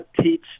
teach